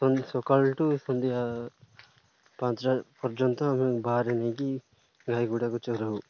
ସଧ୍ୟ ସକାଳୁ ଠୁ ସନ୍ଧ୍ୟା ପାଞ୍ଚଟା ପର୍ଯ୍ୟନ୍ତ ଆମେ ବାହାରେ ନେଇକି ଗାଈ ଗୁଡ଼ାକ ଚରାଉ